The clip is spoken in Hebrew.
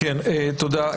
תודה.